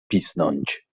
pisnąć